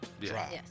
Yes